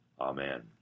Amen